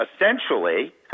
essentially –